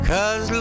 Cause